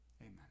Amen